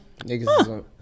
Niggas